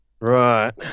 Right